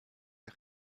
der